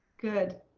good.